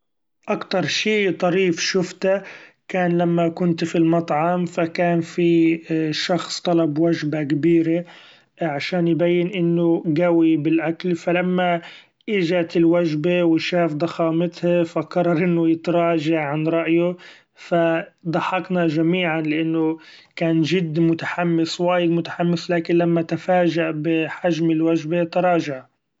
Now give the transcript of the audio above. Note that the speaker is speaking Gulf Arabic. أكتر شيء طريف شفته كان لما كنت ف المطعم ف كان في شخص طلب وجبة كبيري عشان يبين إنو قوي بالأكل ف لما إجت الوجبي و شاف ضخامتهي ف قرر إنو يتراجع عن رأيو ، ف ضحكنا جميعا لإنو كان جد متحمس وايد متحمس ، لكن لما تفاجيء بحجم الوجبي تراجع.